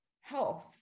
health